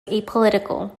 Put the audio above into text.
apolitical